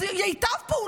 אז ייטב פה,